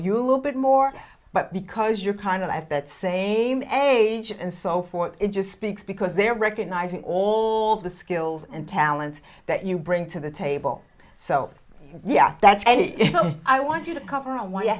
you a little bit more but because you're kind of at that same age and so forth it just speaks because they're recognizing all the skills and talents that you bring to the table so if that's any of them i want you to cover on why i